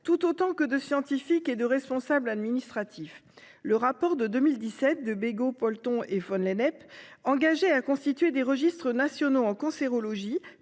tout autant que de scientifiques et de responsables administratifs. Le rapport de 2017 de Bégaud, Polton et Von Lennep encourageait à constituer des registres nationaux en cancérologie